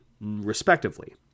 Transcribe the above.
respectively